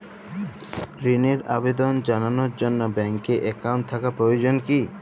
ঋণের আবেদন জানানোর জন্য ব্যাঙ্কে অ্যাকাউন্ট থাকা প্রয়োজন কী?